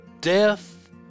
death